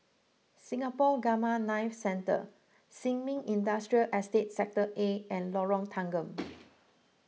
Singapore Gamma Knife Centre Sin Ming Industrial Estate Sector A and Lorong Tanggam